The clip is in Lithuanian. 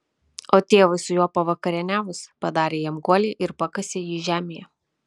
o tėvui su juo pavakarieniavus padarė jam guolį ir pakasė jį žemėje